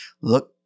look